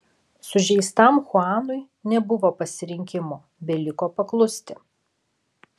sužeistam chuanui nebuvo pasirinkimo beliko paklusti